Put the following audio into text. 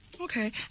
Okay